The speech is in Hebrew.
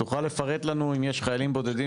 תוכל לפרט לנו אם יש חיילים בודדים